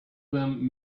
them